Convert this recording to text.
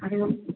हरिः ओं